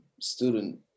Student